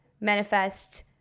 manifest